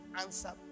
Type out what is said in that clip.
answer